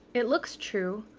it looks true.